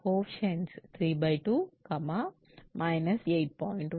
1 3 మరియు 15 3